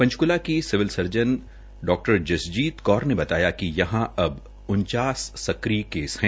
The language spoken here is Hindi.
पंचकूला की सिविल सर्जन डा जसजीत कौर ने बताया कि यहा अब सक्रिय केस है